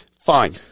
Fine